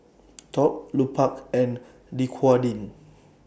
Top Lupark and Dequadin